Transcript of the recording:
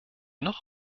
noch